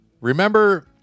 Remember